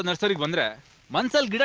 and surrender myself